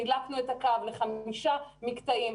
חילקנו את הקו לחמישה מקטעים,